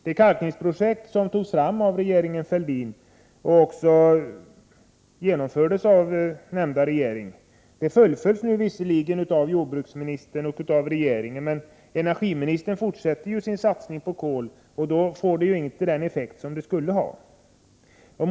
Det kalkningsprojekt som togs fram och genomfördes av regeringen Fälldin fullföljs visserligen av jordbruksministern och av regeringen, men energiministern fortsätter ju sin satsning på kol, och då får projektet inte den effekt som det skulle kunna ha.